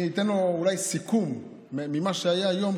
אני אתן לו אולי סיכום ממה שהיה היום,